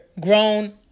grown